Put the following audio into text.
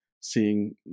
seeing